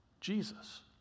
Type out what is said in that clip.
Jesus